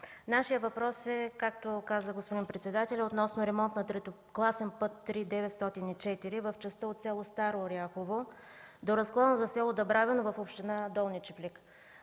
Нашият въпрос е, както каза господин председателят, относно ремонт на третокласен път 3-904 в частта от село Старо Оряхово до разклона за село Дъбравино в община Долни Чифлик.